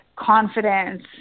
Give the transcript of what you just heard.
confidence